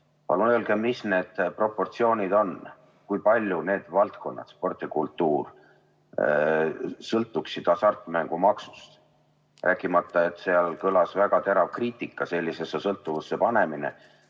Palun öelge, mis need proportsioonid on, kui palju need valdkonnad – sport ja kultuur – sõltuksid hasartmängumaksust. Rääkimata sellest, et seal kõlas väga terav kriitika, sellisesse sõltuvusse panemine.